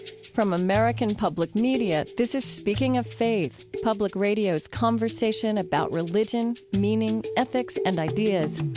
from american public media, this is speaking of faith, public radio's conversation about religion, meaning, ethics and ideas